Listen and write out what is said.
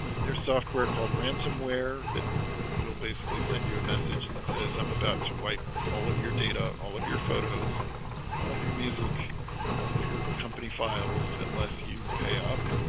there's software called ransomware that will basically send you a message that says i'm about to wipe all of your data all of your photos all of your music all over your company files unless you pay up